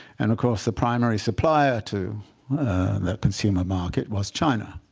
and of course, the primary supplier to that consumer market was china.